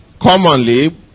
commonly